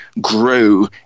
grow